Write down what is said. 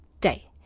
day